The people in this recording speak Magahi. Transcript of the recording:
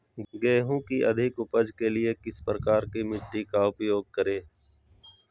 गेंहू की अधिक उपज के लिए किस प्रकार की मिट्टी का उपयोग करे?